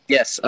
Yes